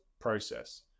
process